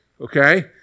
okay